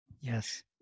Yes